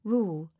Rule